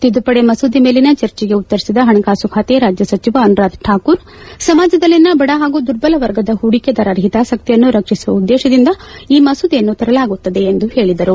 ತಿದ್ದುಪಡಿ ಮಸೂದೆ ಮೇಲಿನ ಚರ್ಚೆಗೆ ಉತ್ತರಿಸಿದ ಹಣಕಾಸು ಖಾತೆ ರಾಜ್ಯ ಸಚಿವ ಅನುರಾಧ್ ಕಾಕೂರ್ ಸಮಾಜದಲ್ಲಿನ ಬಡ ಹಾಗೂ ದುರ್ಬಲ ವರ್ಗದ ಹೂಡಿಕೆದಾರರ ಹಿತಾಸಕ್ತಿಯನ್ನು ರಕ್ಷಿಸುವ ಉದ್ದೇಶದಿಂದ ಈ ಮಸೂದೆಯನ್ನು ತರಲಾಗುತ್ತದೆ ಎಂದು ಹೇಳಿದರು